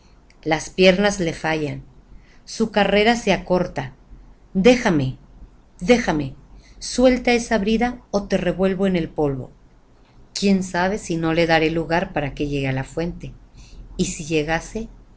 las piernas le faltan su carrera se acorta déjame déjame suelta esa brida ó te revuelco en el polvo quién sabe si no le daré lugar para que llegue á la fuente y si llegase